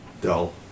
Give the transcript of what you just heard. Dull